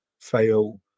fail